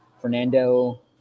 Fernando